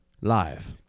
Live